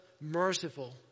merciful